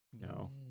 No